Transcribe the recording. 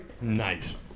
Nice